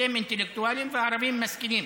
אתם אינטלקטואלים והערבים משכילים.